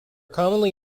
commonly